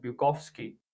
Bukowski